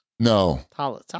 No